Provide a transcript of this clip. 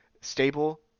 stable